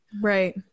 right